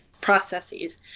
processes